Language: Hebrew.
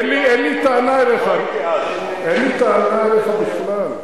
ידידי, אין לי טענה אליך, אין לי טענה אליך בכלל.